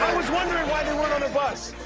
was wondering why they weren't on the bus.